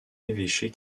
évêché